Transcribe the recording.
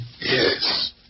Yes